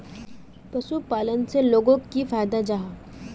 पशुपालन से लोगोक की फायदा जाहा?